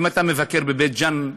אם אתה מבקר בבית-ג'ן,